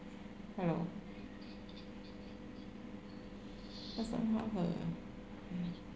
hello why somehow her mm